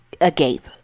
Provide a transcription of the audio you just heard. agape